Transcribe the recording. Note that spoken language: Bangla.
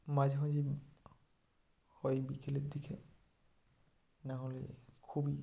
মাঝে মাঝে হয় বিকেলের দিকে না হলে খুবই